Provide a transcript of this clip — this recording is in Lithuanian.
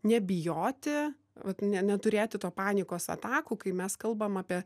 nebijoti vat ne neturėti to panikos atakų kai mes kalbam apie